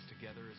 together